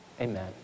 Amen